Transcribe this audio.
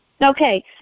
Okay